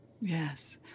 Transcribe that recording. Yes